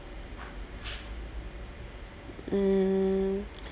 mm